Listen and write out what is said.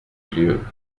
lieues